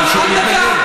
שלך.